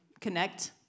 connect